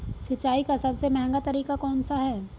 सिंचाई का सबसे महंगा तरीका कौन सा है?